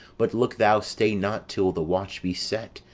but look thou stay not till the watch be set,